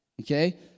okay